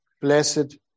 blessed